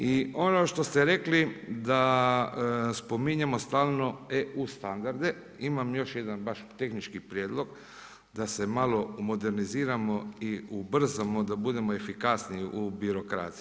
I ono što ste rekli da spominjemo stalno EU standarde, imam još jedan baš tehnički prijedlog da se malo moderniziramo i ubrzamo, da budemo efikasniji u birokraciji.